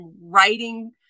writing